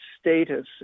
status